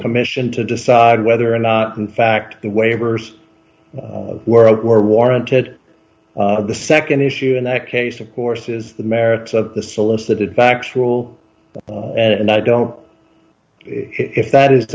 commission to decide whether or not in fact the waivers world were warranted the nd issue in that case of course is the merits of the solicited factual and i don't if that is